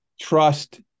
trust